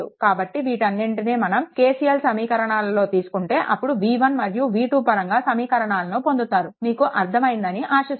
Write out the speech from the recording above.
కాబట్టి వీటన్నింటినీ మనం KCL సమీకరణాలలో తీసుకుంటే అప్పుడు v1 మరియు v2 పరంగా సమీకరణాలను పొందుతారు మీకు అర్దమయ్యిందని ఆశిస్తున్నాను